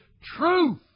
truth